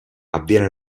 avviene